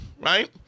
right